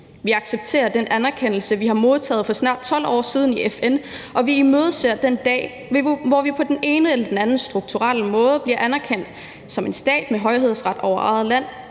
Vi accepterer den anerkendelse, vi har modtaget for snart 12 år siden i FN, og vi imødeser den dag, hvor vi på den ene eller den anden strukturelle måde bliver anerkendt som en stat med højhedsret over eget land.